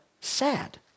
sad